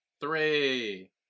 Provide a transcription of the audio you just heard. Three